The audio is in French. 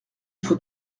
faut